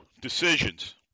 Decisions